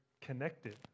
connected